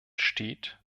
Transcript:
steht